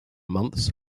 months